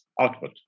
output